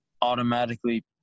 automatically